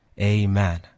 Amen